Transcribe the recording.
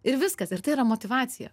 ir viskas ir tai yra motyvacija